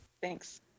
Thanks